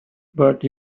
but